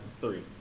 three